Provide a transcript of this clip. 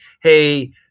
hey